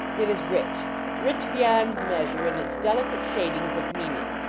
it is rich rich beyond measure in its delicate shadings of meaning.